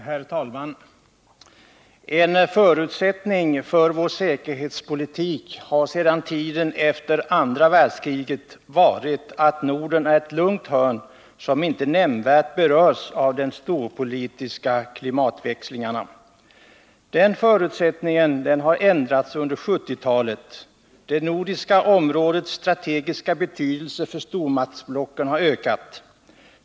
Herr talman! En förutsättning för vår säkerhetspolitik har sedan tiden efter andra världskriget varit att Norden är ett lugnt hörn, som inte nämnvärt berörs av de storpolitiska klimatväxlingarna. Den förutsättningen har förändrats under 1970-talet. Det nordiska områdets strategiska betydelse för stormaktsblocken har ökat.